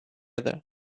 other